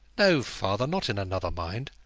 no, father, not in another mind.